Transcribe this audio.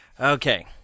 Okay